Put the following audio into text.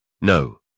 No